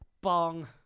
bong